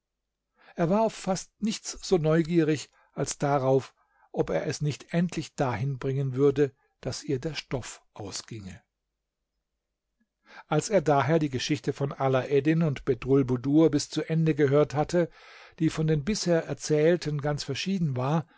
er war fast auf nichts so neugierig als darauf ob er es nicht endlich dahin bringen würde daß ihr der stoff ausginge als er daher die geschichte von alaeddin und bedrulbudur bis zu ende gehört hatte die von den bisher erzählten ganz verschieden war